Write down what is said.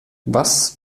was